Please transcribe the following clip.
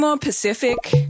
Pacific